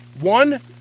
one